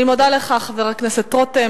אני מודה לך, חבר הכנסת רותם.